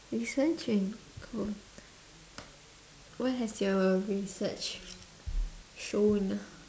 researching cool what has your research shown